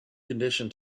condition